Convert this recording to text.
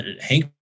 Hank